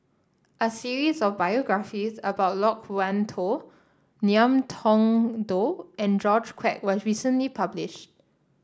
a series of biographies about Loke Wan Tho Ngiam Tong Dow and George Quek was recently published